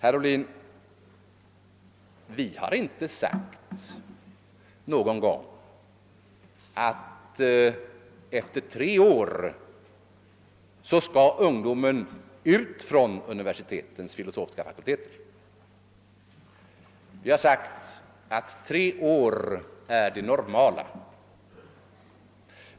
Vi har, herr Ohlin, inte någon gång sagt att efter tre år skall ungdomen ut från universitetens filosofiska fakulteter. Vi har sagt att tre år är det normala.